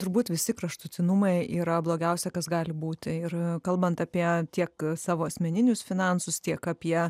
turbūt visi kraštutinumai yra blogiausia kas gali būti ir kalbant apie tiek savo asmeninius finansus tiek apie